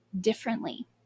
differently